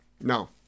No